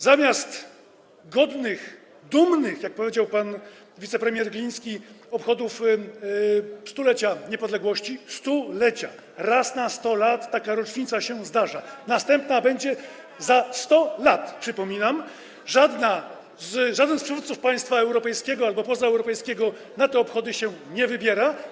Zamiast godnych, dumnych, jak powiedział pan wicepremier Gliński, obchodów 100-lecia niepodległości - 100-lecia, raz na 100 lat taka rocznica się zdarza, następna będzie za 100 lat, przypominam - jest tak, że żaden z przywódców państw europejskich albo pozaeuropejskich na te obchody się nie wybiera.